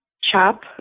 chop